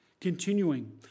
Continuing